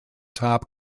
top